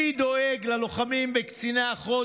"מי דואג ללוחמים וקציני החוד,